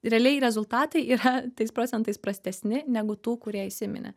realiai rezultatai yra tais procentais prastesni negu tų kurie įsiminė